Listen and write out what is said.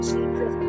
Jesus